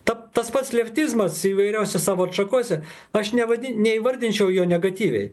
tad tas pats leftizmas įvairiose savo atšakose aš nevadin neįvardinčiau jo negatyviai